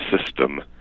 system